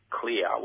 clear